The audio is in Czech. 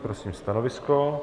Prosím stanovisko.